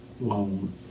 loan